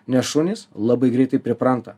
nes šunys labai greitai pripranta